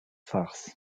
farce